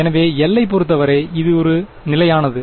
எனவே L ஐ பொருத்தவரை இது ஒரு நிலையானது